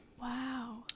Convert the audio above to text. Wow